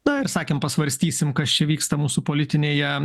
na ir sakėm pasvarstysim kas čia vyksta mūsų politinėje